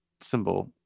symbol